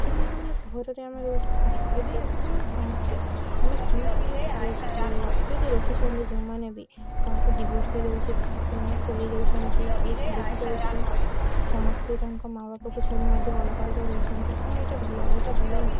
କିନ୍ତୁ ଯେତେବେଲେ ସହରରେ ଆମେ ରହୁଛୁ ହଁ ଏବେ ଏବେ ତ ଆମେ ସମସ୍ତେ ଆମେ ଶୁଣୁଛୁ ଯେ କିଏ ଯଦି ରହୁଛନ୍ତି ଯେଉଁମାନେ ବି କାହାର ଡିଭୋର୍ସ୍ ହୋଇଯାଉଛି କାହା ସେମାନେ ପଲାଇଯାଉଛନ୍ତି କିଏ ଛାଡ଼ିକି ଯାଉଛି ସମସ୍ତେ ତାଙ୍କ ମା' ବାପାକୁ ଛାଡ଼ି ମଧ୍ୟ ଅଲଗା ଅଲଗା ରହୁଛନ୍ତି କ'ଣ ଏଇଟା ଭଲ ଏଇଟା ଭଲ ନୁହଁ